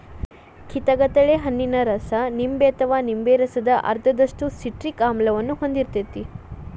ಕಿತಗತಳೆ ಹಣ್ಣಿನ ರಸ ನಿಂಬೆ ಅಥವಾ ನಿಂಬೆ ರಸದ ಅರ್ಧದಷ್ಟು ಸಿಟ್ರಿಕ್ ಆಮ್ಲವನ್ನ ಹೊಂದಿರ್ತೇತಿ